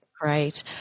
great